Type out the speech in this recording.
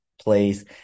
please